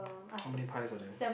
how many pies are there